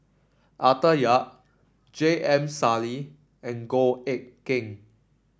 Arthur Yap J M Sali and Goh Eck Kheng